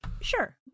Sure